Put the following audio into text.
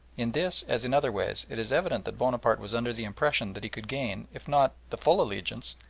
in this, as in other ways, it is evident that bonaparte was under the impression that he could gain, if not the full allegiance,